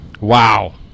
Wow